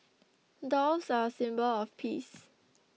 doves are a symbol of peace